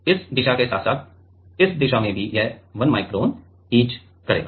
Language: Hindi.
इस दिशा के साथ साथ इस दिशा से भी यह 1 माइक्रोन इच करेगी